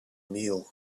meal